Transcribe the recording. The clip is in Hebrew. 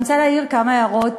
אני רוצה להעיר כמה הערות.